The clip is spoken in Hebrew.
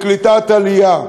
לקליטת עלייה.